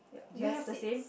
the seats